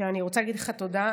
אני רוצה להגיד לך תודה.